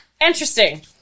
Interesting